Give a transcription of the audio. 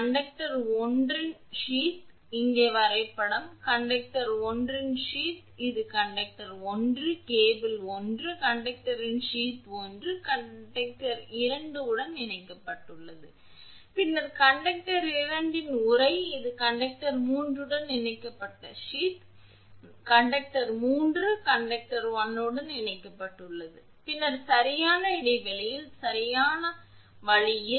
conductor 1 இன் sheath இங்கே வரைபடம் கண்டக்டர் 1 இன் சீத் இது கண்டக்டர் 1 கேபிள் 1 கண்டக்டரின் சீத் 1 கண்டக்டர் 2 உடன் இணைக்கப்பட்டுள்ளது பின்னர் கண்டக்டர் 2 இன் உறை இது கண்டக்டர் 3 உடன் இணைக்கப்பட்ட சீத் நடத்துனர் 3 கண்டக்டர் 1 உடன் இணைக்கப்பட்டுள்ளது பின்னர் சரியான இடைவெளியில் சரியான இடைவெளியில் அந்த வழியில்